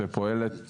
שפועלת